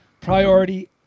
priority